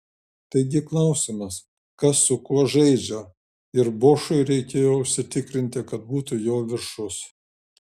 taigi klausimas kas su kuo žaidžia ir bošui reikėjo užsitikrinti kad būtų jo viršus